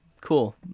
Cool